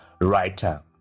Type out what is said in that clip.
writer